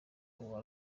uwa